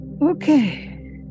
Okay